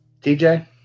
TJ